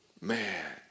man